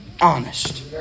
honest